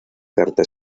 carta